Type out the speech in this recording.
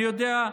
אני יודע,